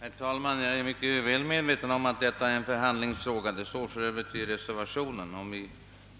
Herr talman! Jag är mycket väl medveten om att detta är en förhandlingsfråga — det står för övrigt i reservationen. Om vi